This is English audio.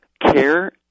care